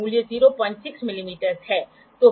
तो ये विभिन्न स्पिरिट लेवल हैं जो आज बाजार में उपलब्ध हैं